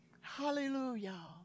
Hallelujah